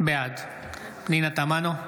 בעד פנינה תמנו,